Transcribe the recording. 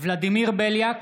ולדימיר בליאק,